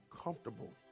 comfortable